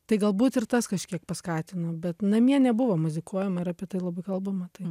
tai galbūt ir tas kažkiek paskatino bet namie nebuvo muzikuojama ir apie tai labai kalbama tai